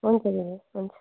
हुन्छ दिदी हुन्छ